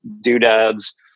doodads